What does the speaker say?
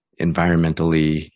environmentally